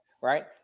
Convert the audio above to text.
right